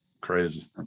Crazy